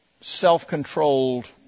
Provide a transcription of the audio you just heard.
self-controlled